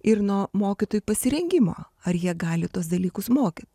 ir nuo mokytojų pasirengimo ar jie gali tuos dalykus mokyt